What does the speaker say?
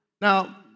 Now